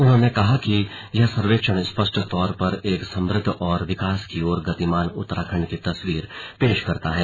उन्होंने कहा कि यह सर्वेक्षण स्पष्ट तौर पर एक समृद्ध और विकास की ओर गतिमान उत्तराखण्ड की तस्वीर पेश करता है